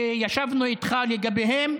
שישבנו איתך בעניינם,